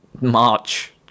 March